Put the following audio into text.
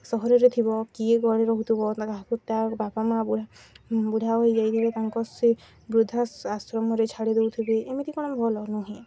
ସହରରେ ଥିବ କିଏ ଘରେ ରହୁଥିବ ତାକୁ ତା ବାପା ମା' ବୁଢ଼ା ବୁଢ଼ା ହୋଇଯାଇଥବେ ତାଙ୍କୁ ସେ ବୃଦ୍ଧାଶ୍ରମରେ ଛାଡ଼ି ଦେଉଥିବେ ଏମିତି କ'ଣ ଭଲ ନୁହେଁ